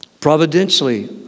Providentially